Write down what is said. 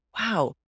wow